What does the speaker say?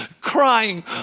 crying